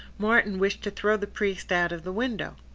martin wished to throw the priest out of the window.